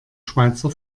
schweizer